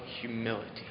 humility